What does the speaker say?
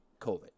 COVID